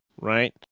right